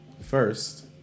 First